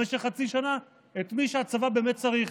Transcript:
למשך חצי שנה, את מי שהצבא באמת צריך,